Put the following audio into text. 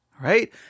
Right